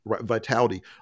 vitality